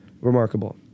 Remarkable